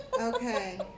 okay